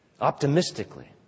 optimistically